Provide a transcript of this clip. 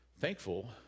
thankful